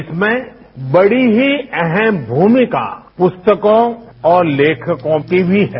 इसमें बड़ी ही अहम भूमिका पुस्तकों और लेखकों की भी है